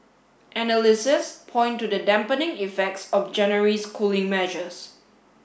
point to the dampening effects of January's cooling measures